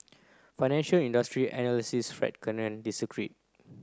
financial industry analyst Fred Cannon disagreed